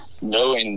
no